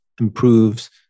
improves